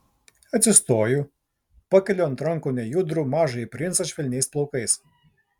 atsistoju pakeliu ant rankų nejudrų mažąjį princą švelniais plaukais